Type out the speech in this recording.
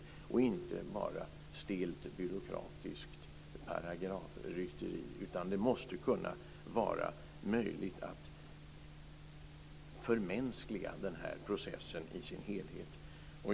Det får inte bara vara ett stelt, byråkratiskt paragrafrytteri, utan det måste kunna vara möjligt att förmänskliga den här processen i dess helhet.